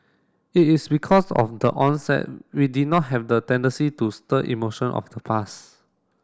it is because of the onset we did not have the tendency to stir emotion of the past